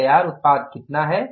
तो तैयार उत्पाद कितना है